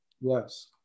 Yes